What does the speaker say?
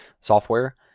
software